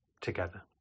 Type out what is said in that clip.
together